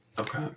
Okay